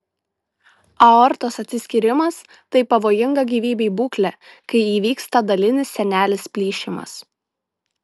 aortos atsiskyrimas tai pavojinga gyvybei būklė kai įvyksta dalinis sienelės plyšimas